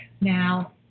Now